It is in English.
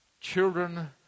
children